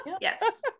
Yes